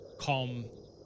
calm